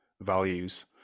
values